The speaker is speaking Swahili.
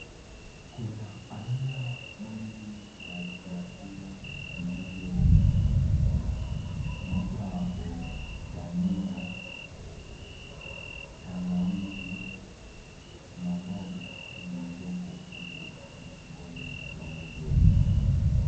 Kuna aina mingi ya vyakula vilivyo huku. Mojawapo dania, tangawizi, na mboga zilizoko huku zikingoja kuuzwa.